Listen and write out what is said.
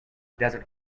desert